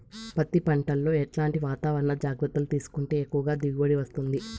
పత్తి పంట లో ఎట్లాంటి వాతావరణ జాగ్రత్తలు తీసుకుంటే ఎక్కువగా దిగుబడి వస్తుంది?